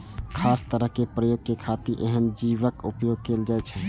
खास तरहक प्रयोग के खातिर एहन जीवक उपोयग कैल जाइ छै